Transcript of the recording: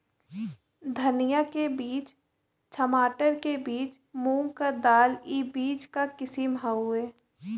धनिया के बीज, छमाटर के बीज, मूंग क दाल ई बीज क किसिम हउवे